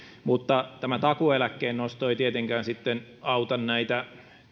mutta takuueläkkeen nosto ei tietenkään sitten auta näitä